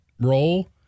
roll